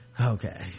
okay